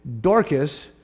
Dorcas